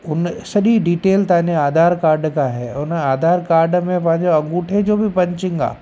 हुन सॼी डिटेल तव्हांजे आधार कार्ड खां आहे उन आधार कार्ड में पंहिंजो अंगूठे जो बि पंचिंग आहे